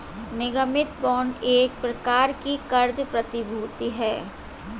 निगमित बांड एक प्रकार की क़र्ज़ प्रतिभूति है